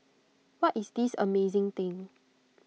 what is this amazing thing